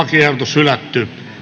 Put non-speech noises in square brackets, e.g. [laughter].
[unintelligible] lakiehdotus hylätään